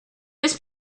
this